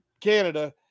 Canada